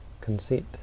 conceit